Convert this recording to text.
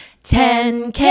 10K